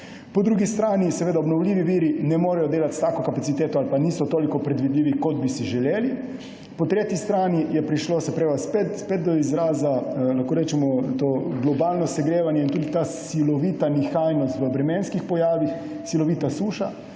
Po drugi strani obnovljivi viri ne morejo delati s tako kapaciteto ali pa niso toliko predvidljivi, kot bi si želeli. Po tretji strani je prišlo spet do izraza to globalno segrevanje in tudi ta silovita nihajnost v vremenskih pojavih, silovita suša.